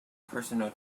personal